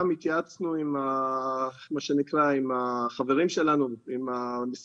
גם תקנים של מתאמות אובדן בבתי החולים